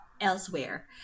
elsewhere